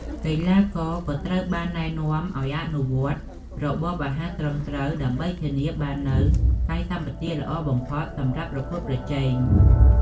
កីឡាករក៏ត្រូវបានណែនាំឱ្យអនុវត្តរបបអាហារត្រឹមត្រូវ ដើម្បីធានាបាននូវកាយសម្បទាល្អបំផុត សម្រាប់ប្រកួតប្រជែង។